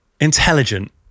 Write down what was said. intelligent